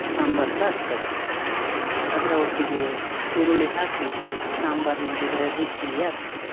ಸಾಂಬಾರು ಸಹ ಆಗ್ತದೆ ಅದರ ಒಟ್ಟಿಗೆ ಹುರುಳಿ ಹಾಕಿ ಸಾಂಬಾರು ಮಾಡಿದರೆ ರುಚಿ ಆಗ್ತದೆ